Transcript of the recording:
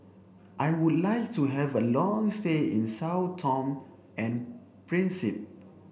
I would like to have a long stay in Sao Tome and